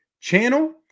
channel